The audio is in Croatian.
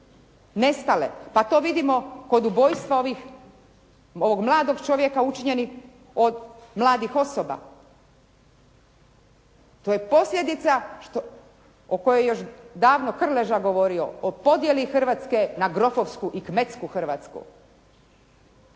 nestale pa to vidimo kod ubojstva ovih, ovog mladog čovjeka učinjenih od mladih osoba. To je posljedica o kojoj je još davno Krleža govorio o podjeli Hrvatske na grofovsku i kmetsku Hrvatsku.